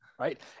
right